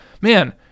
Man